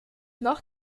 noch